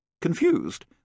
Confused